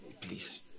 please